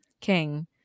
King